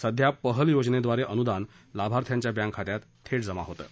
सध्या पहल योजनेद्वारे अनुदान लाभार्थ्यांच्या बँक खात्यात थेट जमा होतं